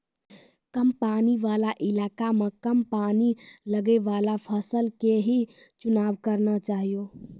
कम पानी वाला इलाका मॅ कम पानी लगैवाला फसल के हीं चुनाव करना चाहियो